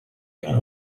erano